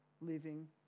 living